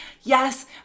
yes